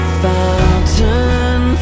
fountain